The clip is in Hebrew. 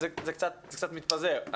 זה קצת מתפזר.